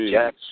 Yes